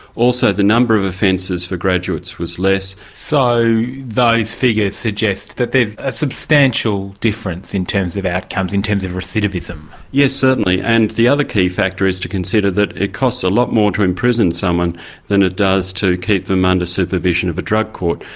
also the number of offences for graduates was less. so those figures suggest that there's a substantial difference in terms of outcomes, in terms of recidivism. yes, certainly. and the other key factor is to consider that it costs a lot more to imprison someone than it does to keep them under supervision of a drug court.